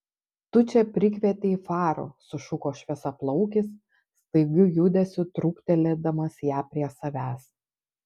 tu čia prikvietei farų sušuko šviesiaplaukis staigiu judesiu truktelėdamas ją prie savęs